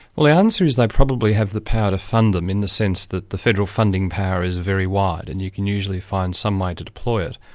well the answer is they probably have the power to fund them in the sense that the federal funding power is very wide, and you can usually find some way to deploy it.